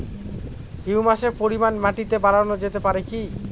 হিউমাসের পরিমান মাটিতে বারানো যেতে পারে কি?